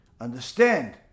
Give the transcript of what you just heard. understand